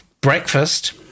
breakfast